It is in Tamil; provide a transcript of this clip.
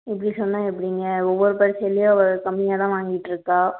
இப்படி சொன்னால் எப்படிங்க ஒவ்வொரு பரிட்சையிலையும் அவள் கம்மியாகதான் வாங்கிக்கிட்டு இருக்காள்